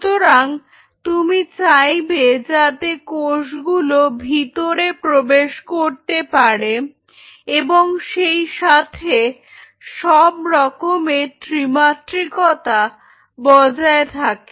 সুতরাং তুমি চাইবে যাতে কোষগুলো ভিতরে প্রবেশ করতে পারে এবং সেই সাথে সব রকমের ত্রিমাত্রিকতা বজায় থাকে